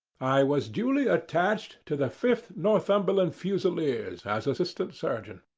i was duly attached to the fifth northumberland fusiliers as assistant surgeon.